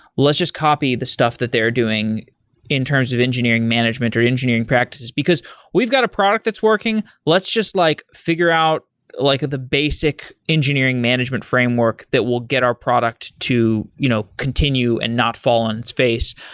let's just copy the stuff that they're doing in terms of engineering management, reengineering practices, because we've got a product that's working. let's just like figure out like ah the basic engineering management framework that will get our product to you know continue and not fall in space.